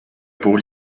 pour